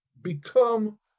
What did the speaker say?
become